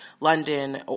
London